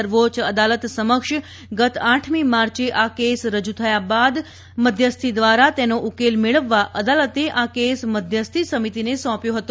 સર્વોચ્ય અદાલત સમક્ષ ગત આઠમી માર્ચે આ કેસ રજૂ થયા બાદ મધ્યસ્થી દ્વારા તેનો ઉકેલ મેળવવા અદાલતે આ કેસ મધ્યસ્થી સમિતિને સોંપ્યો હતો